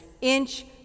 inch